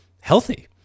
healthy